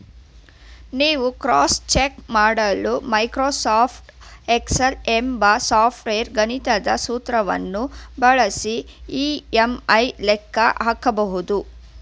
ನೀವು cross check ಮಾಡಲು Microsoft Excel ಎಂಬ ಸಾಫ್ಟ್ವೇರ್ ಗಣಿತದ ಸೂತ್ರವನ್ನು ಬಳಸಿ ಇ.ಎಂ.ಐ ಲೆಕ್ಕ ಹಾಕಬಹುದು